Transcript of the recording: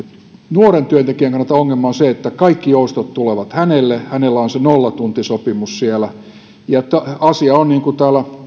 nuoren työntekijän kannalta ongelma on se että kaikki joustot tulevat hänelle hänellä on se nollatuntisopimus siellä asia on niin kuin täällä